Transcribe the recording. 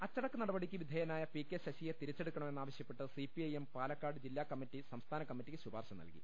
അച്ചടക്കനടപടിക്ക് വിധേയനായ് P K ശശിയെ തിരിച്ചെടു ക്കണമെന്ന് ആവശ്യപ്പെട്ട് സിപ്പിഐഎം പാലക്കാട് ജില്ലാകമ്മറ്റി സംസ്ഥാന കമ്മറ്റിക്ക് ശുപാർശ് നൽകി